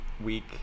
week